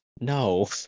No